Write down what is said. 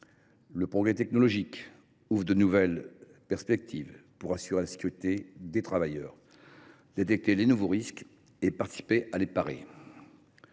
Le progrès technologique ouvre de nouvelles perspectives s’agissant d’assurer la sécurité des travailleurs, de détecter les nouveaux risques et de participer à les parer.